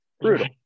brutal